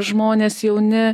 žmonės jauni